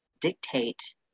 dictate